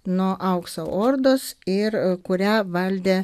nuo aukso ordos ir kurią valdė